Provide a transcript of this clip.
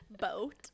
boat